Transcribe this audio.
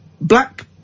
black